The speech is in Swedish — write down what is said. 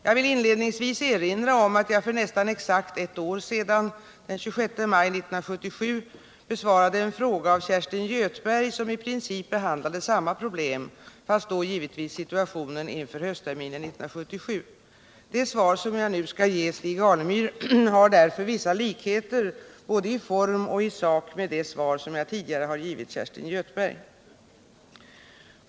Jag vill inledningsvis erinra om att jag för nästan exakt ett år sedan — den 26 maj 1977 — besvarade en fråga av Kerstin Göthberg som i princip behandlade samma problem, fast då givetvis situationen inför höstterminen 1977. Det svar som jag nu skall ge Stig Alemyr har därför vissa likheter både i form och i sak med det svar som jag tidigare har givit Kerstin Göthberg.